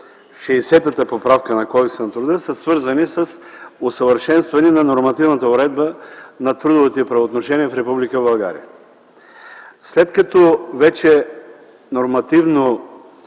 поправка в Кодекса на труда, са свързани с усъвършенстване на нормативната уредба на трудовите правоотношения в Република България. След като нормативно